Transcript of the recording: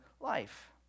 life